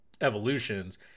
evolutions